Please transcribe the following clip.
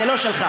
זה לא שלך.